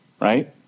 Right